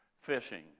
fishing